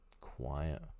quiet